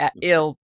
ill